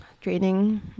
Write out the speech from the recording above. training